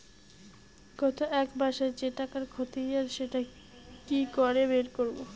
গত এক মাসের যে টাকার খতিয়ান সেটা কি করে বের করব?